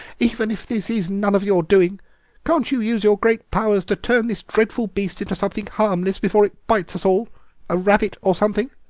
even if this is none of your doing can't you use your great powers to turn this dreadful beast into something harmless before it bites us all a rabbit or something?